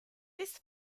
this